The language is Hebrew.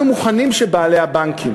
אנחנו מוכנים שבעלי הבנקים